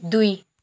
दुई